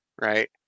right